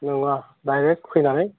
नङा डायरेक्ट फैनानै